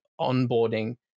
onboarding